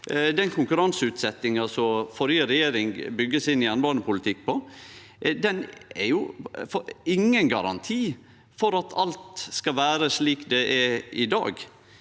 Den konkurranseutsetjinga som førre regjering bygde jernbanepolitikken sin på, er ingen garanti for at alt skal vere slik det er i dag.